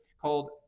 called